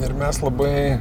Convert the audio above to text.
ir mes labai